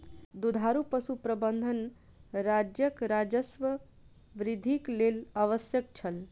दुधारू पशु प्रबंधन राज्यक राजस्व वृद्धिक लेल आवश्यक छल